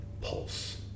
pulse